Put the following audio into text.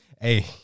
Hey